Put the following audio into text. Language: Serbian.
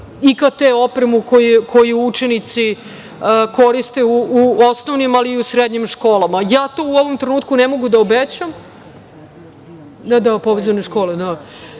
IKT opremu koju učenici koriste u osnovnim, ali i u srednjim školama. Ja to u ovom trenutku ne mogu da obećam, ali je svakako